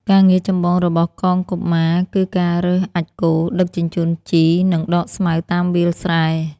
ការងារចម្បងរបស់កងកុមារគឺការរើសអាចម៍គោ ដឹកជញ្ជូនជី និងដកស្មៅតាមវាលស្រែ។